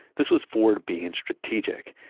this was ford being strategic.